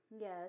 Yes